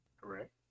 Correct